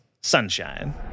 Sunshine